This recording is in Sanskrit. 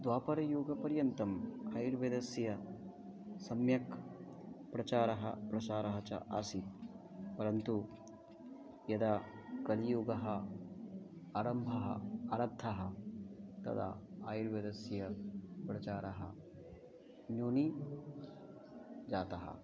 द्वापरयुगपर्यन्तम् आयुर्वेदस्य सम्यक् प्रचारः प्रसारः च आसीत् परन्तु यदा कलियुगः आरम्भः आरब्धः तदा आयुर्वेदस्य प्रचारः न्यूनीजातः